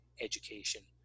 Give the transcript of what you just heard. education